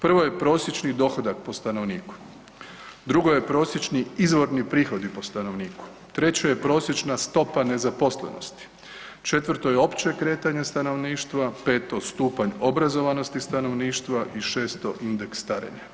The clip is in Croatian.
Prvo je prosječni dohodak po stanovniku, drugo je prosječni izvorni prihodi po stanovniku, treće je prosječna stopa nezaposlenosti, četvrto je opće kretanje stanovništva, peto stupanj obrazovanosti stanovništva i šesto indeks starenja.